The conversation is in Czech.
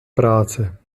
práce